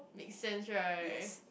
makes sense right